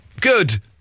Good